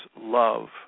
love